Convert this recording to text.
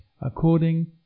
according